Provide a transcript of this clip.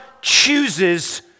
chooses